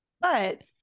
But-